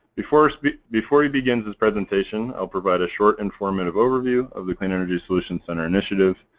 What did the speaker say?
before so before he begins his presentation i'll provide a short informative overview of the clean energy solutions center initiative.